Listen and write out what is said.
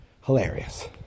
hilarious